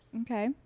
Okay